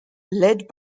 led